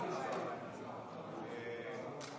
נאור